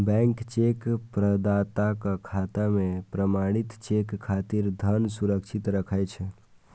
bank cheque प्रदाताक खाता मे प्रमाणित चेक खातिर धन सुरक्षित राखै छै